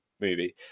movie